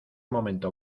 momento